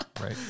right